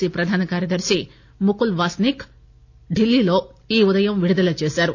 C ప్రధాన కార్యదర్తి ముకుల్ వాస్పిక్ ఢిల్లీలో ఈ ఉదయం విడుదల చేశారు